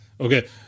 Okay